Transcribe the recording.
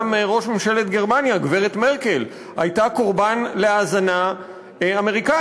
גם ראש ממשלת גרמניה הגברת מרקל הייתה קורבן להאזנה אמריקנית.